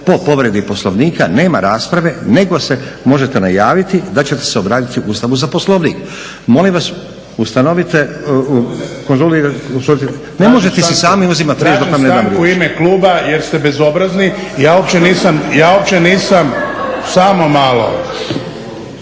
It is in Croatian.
po povredi Poslovnika nema rasprave nego se možete najaviti da ćete se obratiti Ustavu za Poslovnik. Molim vas konzultirajte **Šuker, Ivan (HDZ)** Tražim stanku u ime kluba jer ste bezobrazni. Ja uopće nisam **Stazić,